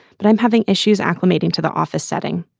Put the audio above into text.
but i'm having issues acclimating to the office setting.